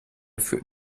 führt